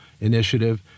initiative